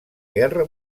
guerra